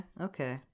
Okay